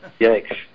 Yikes